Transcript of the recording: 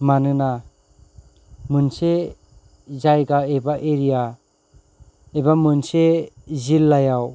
मानोना मोनसे जायगा एबा एरिया एबा मोनसे जिल्लायाव